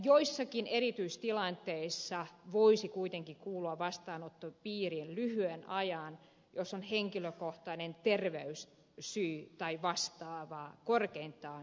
joissakin erityistilanteissa hakija voisi kuitenkin kuulua vastaanottopalveluiden piiriin lyhyen ajan jos on henkilökohtainen terveyssyy tai vastaava korkeintaan seitsemän päivää